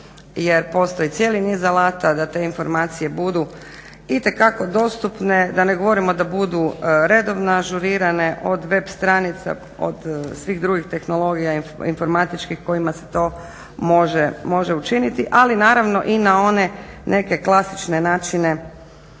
jer postoji cijeli niz alata da te informacije budu itekako dostupne. Da ne govorimo da budu redovno ažurirane od web stranica, od svih drugih tehnologija, informatičkih kojima se to može učiniti, ali naravno i na one neke klasične načine